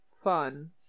fun